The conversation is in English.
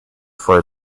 for